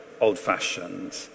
old-fashioned